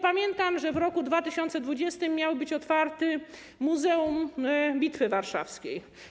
Pamiętam, że w roku 2020 miało być otwarte Muzeum Bitwy Warszawskiej.